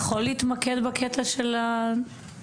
אתה יכול יותר להתמקד בקטע הלימודי?